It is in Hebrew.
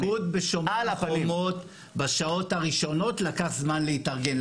התפקוד בשומר חומות בשעות הראשונות לקח זמן להתארגן.